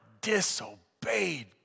disobeyed